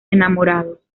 enamorados